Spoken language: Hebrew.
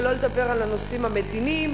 שלא לדבר על הנושאים המדיניים.